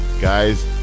Guys